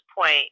point